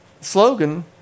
slogan